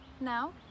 Now